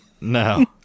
No